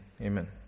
Amen